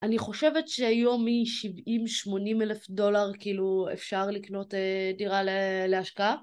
אני חושבת שהיום מ-70-80 אלף דולר אפשר לקנות דירה להשקעה